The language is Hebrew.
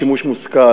שימוש מושכל.